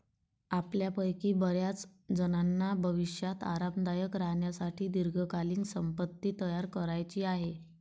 आपल्यापैकी बर्याचजणांना भविष्यात आरामदायक राहण्यासाठी दीर्घकालीन संपत्ती तयार करायची आहे